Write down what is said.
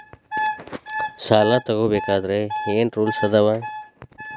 ಸಾಲ ತಗೋ ಬೇಕಾದ್ರೆ ಏನ್ ರೂಲ್ಸ್ ಅದಾವ?